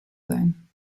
zone